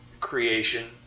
creation